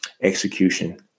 Execution